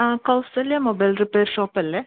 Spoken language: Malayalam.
ആ കൗസല്യ മൊബൈൽ റിപ്പയർ ഷോപ്പ് അല്ലേ